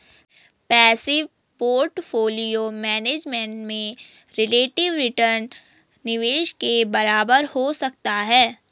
passive portfolio management में relative return निवेश के बराबर हो सकता है